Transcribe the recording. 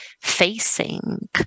facing